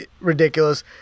ridiculous